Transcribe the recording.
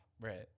Right